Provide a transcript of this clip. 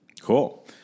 Cool